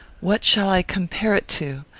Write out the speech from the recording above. what shall i compare it to?